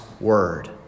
word